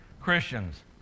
Christians